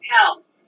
help